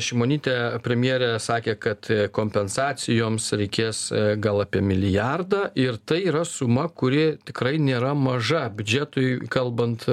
šimonytė premjerė sakė kad kompensacijoms reikės gal apie milijardą ir tai yra suma kuri tikrai nėra maža biudžetui kalbant